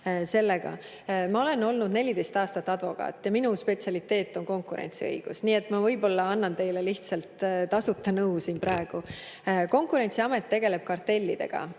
sellega. Ma olin 14 aastat advokaat ja minu spetsialiteet oli konkurentsiõigus, nii et ma võib-olla annan teile lihtsalt tasuta nõu siin praegu. Konkurentsiamet tegeleb kartellidega